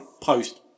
post